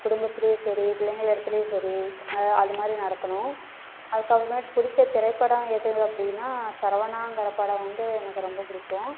குடும்பத்துலேயும் சரி பிள்ளைங்க இடத்துலையும் சரி அது மாதிரி நடக்கணும் அதுக்கப்புறமேட்டு பிடிச்ச திரைப்படம் எது அப்படின்னா சரவணாங்கிற படம் வந்து எனக்கு ரொம்ப பிடிக்கும்